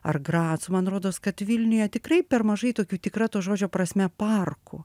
ar gracu man rodos kad vilniuje tikrai per mažai tokių tikra to žodžio prasme parkų